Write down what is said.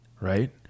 right